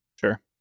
Sure